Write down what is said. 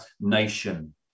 nation